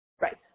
Right